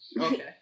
Okay